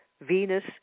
Venus